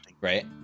Right